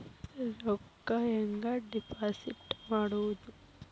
ರೊಕ್ಕ ಹೆಂಗೆ ಡಿಪಾಸಿಟ್ ಮಾಡುವುದು?